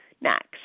next